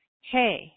hey